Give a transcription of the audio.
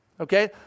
okay